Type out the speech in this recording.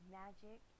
magic